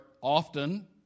often